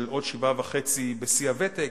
של עוד 7.5 בשיא הוותק.